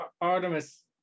Artemis